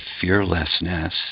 fearlessness